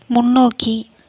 முன்னோக்கி